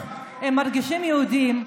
הם מרגישים יהודים.